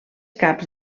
caps